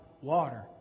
water